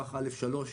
מערך א'3,